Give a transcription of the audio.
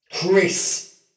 Chris